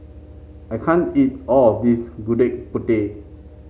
I can't eat all of this Gudeg Putih